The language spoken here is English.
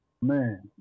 man